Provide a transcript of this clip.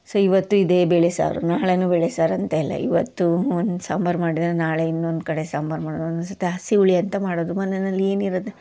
so ಇವತ್ತು ಇದೇ ಬೇಳೆ ಸಾರು ನಾಳೆಯೂ ಬೇಳೆ ಸಾರು ಅಂತ ಇಲ್ಲ ಇವತ್ತು ಏನೋ ಒಂದು ಸಾಂಬಾರು ಮಾಡ್ದ್ರೆ ನಾಳೆ ಇನ್ನೊಂದು ಕಡೆ ಸಾಂಬಾರು ಮಾಡೋದು ಒಂದೊಂದು ಸರ್ತಿ ಹಸಿ ಹುಳಿ ಅಂತ ಮಾಡೋದು ಮನೇನಲ್ಲಿ ಏನಿರುತ್ತೆ